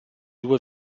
due